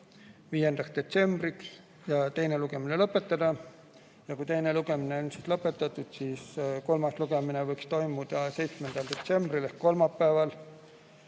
5. detsembriks ja teine lugemine lõpetada. Ja kui teine lugemine on lõpetatud, siis kolmas lugemine võiks toimuda 7. detsembril ehk kolmapäeval